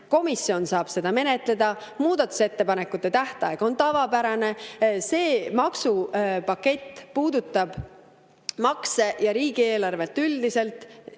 komisjon saab seda menetleda, muudatusettepanekute tähtaeg on tavapärane. See maksupakett puudutab makse ja riigieelarvet üldiselt,